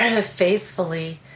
faithfully